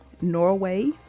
Norway